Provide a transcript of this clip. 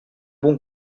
bon